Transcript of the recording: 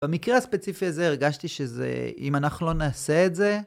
במקרה הספציפי הזה הרגשתי שזה אם אנחנו לא נעשה את זה